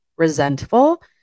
Resentful